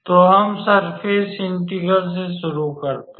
तो हम surface integral से शुरू करते हैं